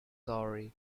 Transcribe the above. sorry